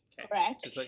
correct